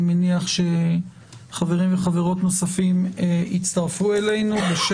אני מניח שחברים וחברות נוספים יצטרפו אלינו.